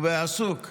עסוק.